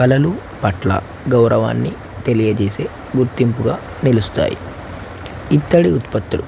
కళలు పట్ల గౌరవాన్ని తెలియజేసే గుర్తింపుగా నిలుస్తాయి ఇత్తడి ఉత్పత్తులు